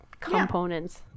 components